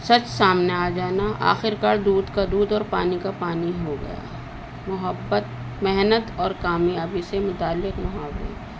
سچ سامنے آ جانا آخر کار دودھ کا دودھ اور پانی کا پانی ہو گیا محبت محنت اور کامیابی سے متعلق محاورے